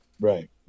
Right